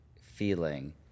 feeling